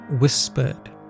whispered